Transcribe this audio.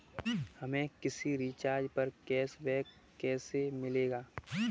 हमें किसी रिचार्ज पर कैशबैक कैसे मिलेगा?